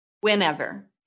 whenever